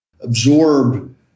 absorb